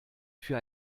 für